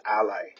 ally